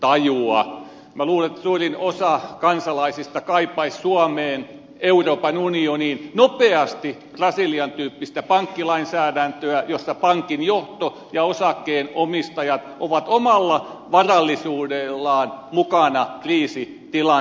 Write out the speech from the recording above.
minä luulen että suurin osa kansalaisista kaipaisi suomeen euroopan unioniin nopeasti brasilian tyyppistä pankkilainsäädäntöä jossa pankin johto ja osakkeenomistajat ovat omalla varallisuudellaan mukana kriisitilanteissa